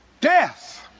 Death